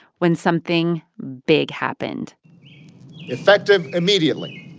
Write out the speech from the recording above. when something big happened effective immediately,